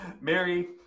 mary